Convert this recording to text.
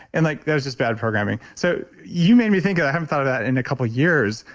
and like there's just bad programming. so you made me think of, i haven't thought of that in a couple years,